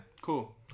Cool